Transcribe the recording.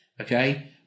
okay